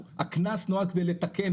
הקנס נועד כדי לתקן,